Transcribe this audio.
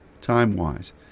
time-wise